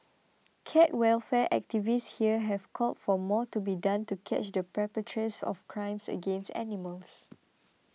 cat welfare activists here have called for more to be done to catch the perpetrates of crimes against animals